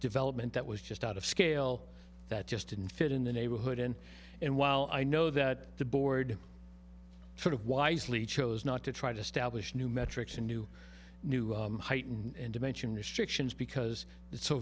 development that was just out of scale that just didn't fit in the neighborhood and and while i know that the board sort of wisely chose not to try to establish new metrics and new new height and dimension restrictions because it's so